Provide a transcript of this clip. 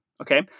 Okay